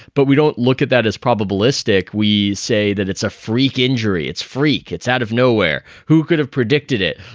but we don't look at that as probabilistic. we say that it's a freak injury. it's freak. it's out of nowhere. who could have predicted it?